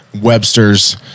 Webster's